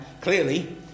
clearly